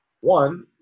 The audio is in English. one